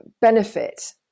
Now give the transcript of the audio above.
benefit